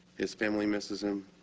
his family misses him,